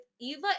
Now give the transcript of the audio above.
Eva